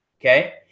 okay